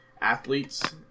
athletes